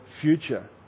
future